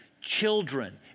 Children